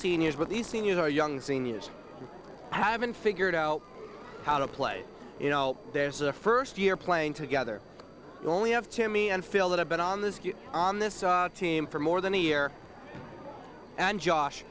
seniors but the seniors are young seniors haven't figured out how to play you know there's a first year playing together you only have to me and phil that i've been on this on this team for more than a year and josh